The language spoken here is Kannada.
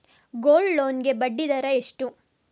ಗೋಲ್ಡ್ ಲೋನ್ ಗೆ ಬಡ್ಡಿ ದರ ಎಷ್ಟು?